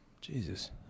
Jesus